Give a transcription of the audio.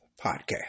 Podcast